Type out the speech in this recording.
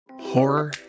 Horror